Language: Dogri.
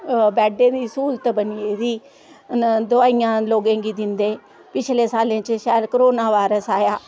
बेड दी सहूलत बनी गेदी दबाइयां लोगे गी दिंदे पिछले साले च करोना बाइरस आया